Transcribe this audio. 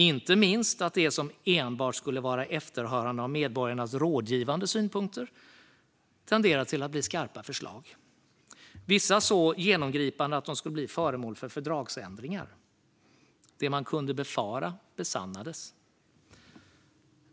Inte minst har det som enbart skulle vara efterhörande av medborgarnas rådgivande synpunkter tenderat att bli skarpa förslag. Vissa förslag är så genomgripande att de skulle bli föremål för fördragsändringar. Det man kunde befara besannades.